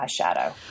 eyeshadow